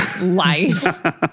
life